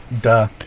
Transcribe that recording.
duh